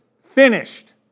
finished